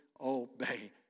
obey